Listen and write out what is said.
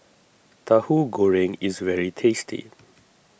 Tahu Goreng is very tasty